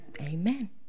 Amen